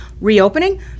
reopening